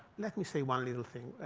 let me say one little thing.